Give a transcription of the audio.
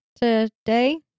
today